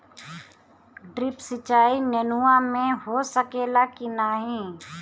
Drip सिंचाई नेनुआ में हो सकेला की नाही?